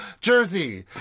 Jersey